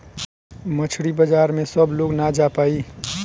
मछरी बाजार में सब लोग ना जा पाई